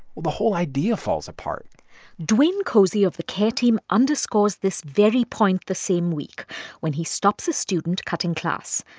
the whole idea falls apart dawaine cosey of the care team underscores this very point the same week when he stops a student cutting class.